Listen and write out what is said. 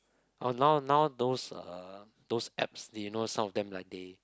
orh now now those uh those apps do you know some of them like they